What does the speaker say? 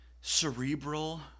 cerebral